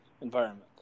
environment